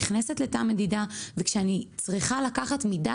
נכנסת לתא מדידה וכשאני צריכה לקחת מידה